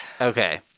Okay